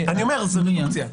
אני אומר, זה רדוקציה.